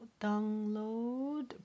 download